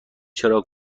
چراغ